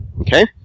Okay